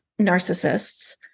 narcissists